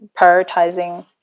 prioritizing